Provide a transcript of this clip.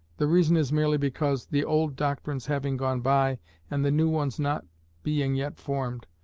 the reason is merely because, the old doctrines having gone by and the new ones not being yet formed,